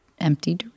empty